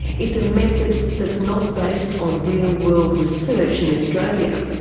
it's a method that's not based on real-world research in australia,